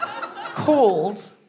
called